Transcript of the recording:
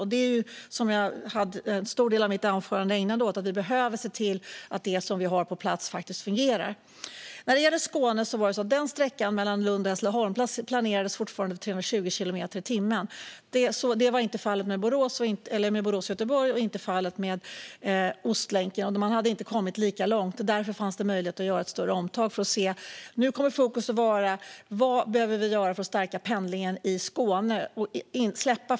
Jag ägnade en stor del av mitt anförande åt att tala om att vi behöver se till att det som finns på plats faktiskt fungerar. När det gäller Skåne var det så att sträckan Lund-Hässleholm fortfarande planerades för 320 kilometer i timmen. Detta var inte fallet med Borås-Göteborg eller med Ostlänken. Man hade inte kommit lika långt, och därför fanns det möjlighet att göra ett större omtag. Nu kommer fokuset att ligga på vad vi behöver göra för att stärka pendlingen i Skåne.